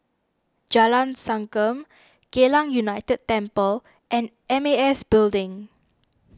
Jalan Sankam Geylang United Temple and M A S Building